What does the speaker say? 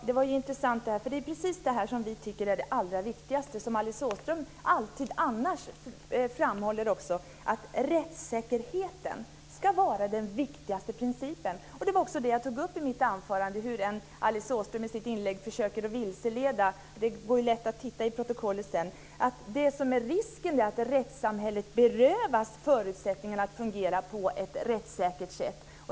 Fru talman! Det är precis det här som vi tycker är det allra viktigaste och det som Alice Åström alltid annars framhåller. Rättssäkerheten ska vara det viktigaste. Det var också det som jag tog upp i mitt anförande, hur än Alice Åström i sitt inlägg försöker att vilseleda - det går att läsa i protokollet senare. Det som är risken är att rättssamhället berövas förutsättningarna att fungera på ett rättssäkert sätt.